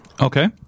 Okay